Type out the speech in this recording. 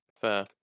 fair